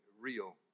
real